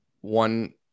one